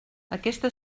aquesta